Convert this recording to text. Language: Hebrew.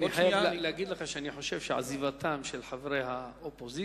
אני חייב להגיד לך שאני חושב שעזיבתם של חברי האופוזיציה